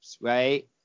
right